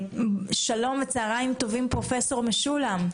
שלום וצוהריים טובים, פרופ' משולם.